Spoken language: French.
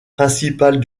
principale